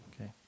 Okay